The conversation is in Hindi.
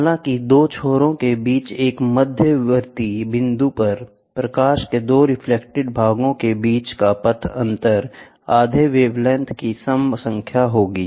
हालाँकि 2 छोरों के बीच एक मध्यवर्ती बिंदु पर प्रकाश के 2 रिफ्लेक्टेड भाग के बीच का पथ अंतर आधा वेबलेंथ की सम संख्या होगी